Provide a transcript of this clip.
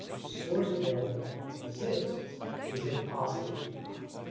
the source of all good, exists is impossible to deny.